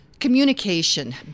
communication